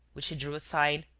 which he drew aside,